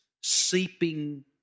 seeping